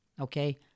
okay